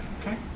Okay